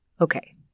Okay